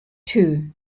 two